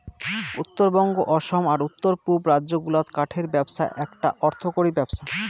উত্তরবঙ্গ, অসম আর উত্তর পুব রাজ্য গুলাত কাঠের ব্যপছা এ্যাকটা অর্থকরী ব্যপছা